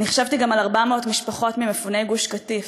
חשבתי גם על 400 משפחות ממפוני גוש-קטיף,